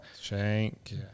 Shank